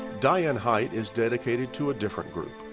diane hight is dedicated to a different group.